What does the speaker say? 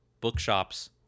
bookshops